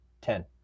ten